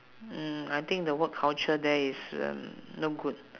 mm I think the work culture there is uh no good